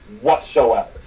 whatsoever